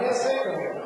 מה אני אעשה אתן בחצי שנה?